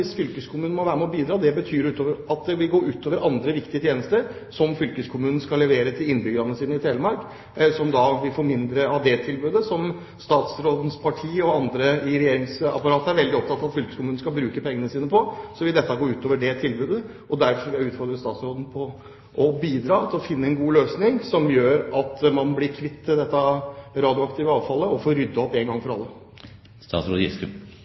fylkeskommunen må være med og bidra, er at det vil gå ut over andre viktige tjenester som fylkeskommunen i Telemark skal levere til innbyggerne sine, som da vil få mindre av tilbud som statsrådens parti og andre i regjeringsapparatet er veldig opptatt av at fylkeskommunen skal bruke pengene sine på. Dette vil gå ut over det tilbudet. Derfor vil jeg utfordre statsråden på å bidra til å finne en god løsning som gjør at man blir kvitt dette radioaktive avfallet og får ryddet opp en gang